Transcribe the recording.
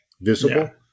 visible